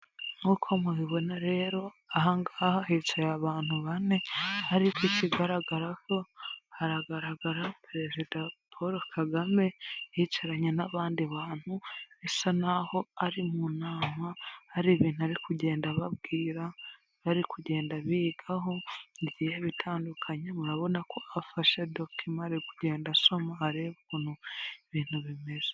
Nk'uko mubibona rero, aha ngaha hicaye abantu bane ariko icyigaragaraho haragaragara perezida Paul Kagame yicaranye n'abandi bantu bisa n'aho ari mu nama hari ibintu ari kugenda ababwira, bari kugenda bigaho bigiye bitandukanye murabona ko afashe dokima ari kugenda asoma areba ukuntu ibintu bimeze.